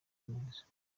neza